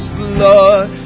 blood